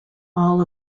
all